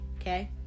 Okay